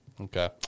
Okay